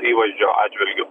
įvaizdžio atžvilgiu